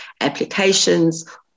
applications